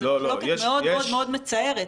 וזו מחלוקת מאוד מאוד מאוד מצערת,